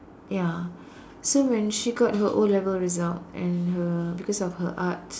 ya so when she got her O-level result and her because of her art